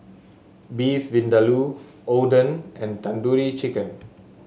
Beef Vindaloo Oden and Tandoori Chicken